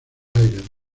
aires